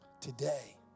Today